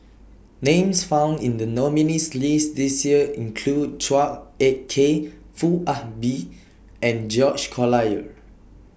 Names found in The nominees' list This Year include Chua Ek Kay Foo Ah Bee and George Collyer